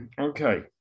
Okay